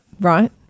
Right